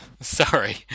Sorry